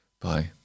Bye